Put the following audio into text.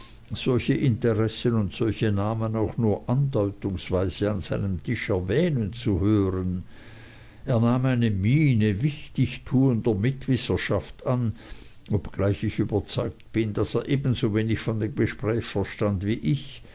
solche interessen und solche namen auch nur andeutungsweise an seinem tisch erwähnen zu hören er nahm eine miene wichtigtuender mitwisserschaft an obgleich ich überzeugt bin daß er ebenso wenig von dem gespräch verstand wie ich